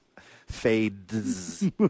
Fades